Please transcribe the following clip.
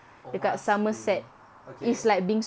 oma spoon okay